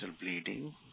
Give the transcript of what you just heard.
bleeding